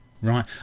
Right